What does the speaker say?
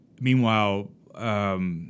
meanwhile